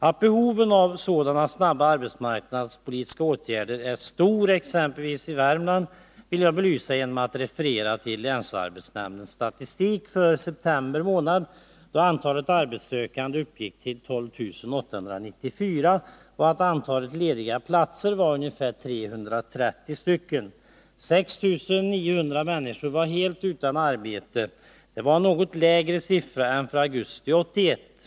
Att behovet av sådana snabba arbetsmarknadspolitiska åtgärder är stort exempelvis i Värmland vill jag belysa genom att referera till länsarbetsnämndens statistik för september månad. Antalet arbetssökande uppgick då till 12 894, och antalet lediga platser var ungefär 330. 6 900 människor var helt utan arbete. Detta var en något lägre siffra än för augusti 1981.